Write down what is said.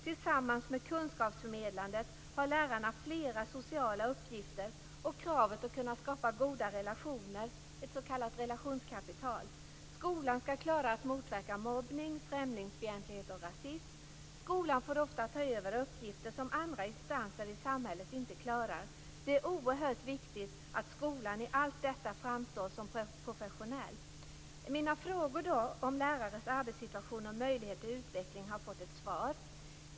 Tillsammans med kunskapsförmedlandet har lärarna flera sociala uppgifter och kravet att kunna skapa goda relationer, ett s.k. relationskapital. Skolan skall klara att motverka mobbning, främlingsfientlighet och rasism. Skolan får ofta ta över uppgifter som andra instanser i samhället inte klarar. Det är oerhört viktigt att skolan i allt detta framstår som professionell. Mina frågor om lärares arbetssituation och möjligheter till utveckling har fått ett svar.